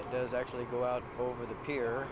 that does actually go out over the pier